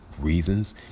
reasons